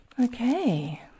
Okay